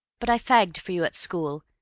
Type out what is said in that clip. but i fagged for you at school,